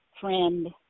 friend